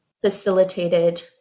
facilitated